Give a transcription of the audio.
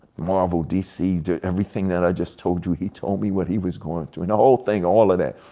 marvel, dc, everything that i just told you, he told me what he was going through, and the whole thing, all of that,